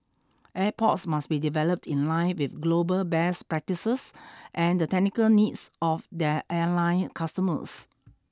airports must be developed in line with global best practices and the technical needs of their airline customers